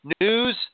news